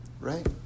right